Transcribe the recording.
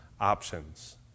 options